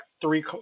three